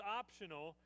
optional